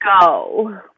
go